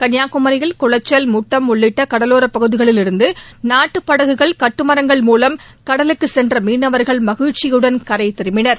கன்னியாகுமியில் குளச்சல் முட்டம் உள்ளிட்ட கடலோர பகுதிகளிலிருந்து நாட்டுப் படகுகள் கட்டுமரங்கள் மூலம் கடலுக்குச் சென்ற மீனவர்கள் மகிழ்ச்சியுடன் கரை திரும்பினர்